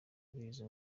ubizi